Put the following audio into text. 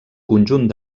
conjunt